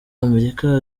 amerika